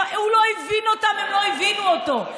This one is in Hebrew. הוא לא הבין אותם, הם לא הבינו אותו.